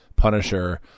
Punisher